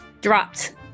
Dropped